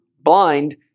blind